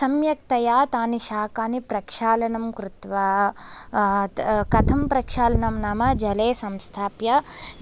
सम्यक्तया तानि शाकानि प्रक्षालनं कृत्वा कथं प्रक्षालनं नाम जले संस्थाप्य